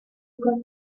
got